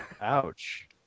Ouch